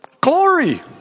glory